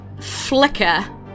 flicker